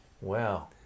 Wow